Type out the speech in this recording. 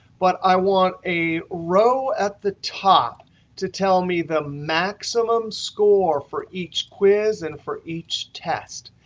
but i want a row at the top to tell me the maximum score for each quiz and for each test.